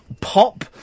pop